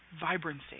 vibrancy